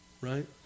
right